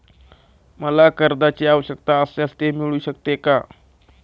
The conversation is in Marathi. मला कर्जांची आवश्यकता असल्यास ते मिळू शकते का?